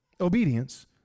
Obedience